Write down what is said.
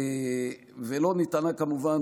כמובן,